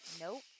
Nope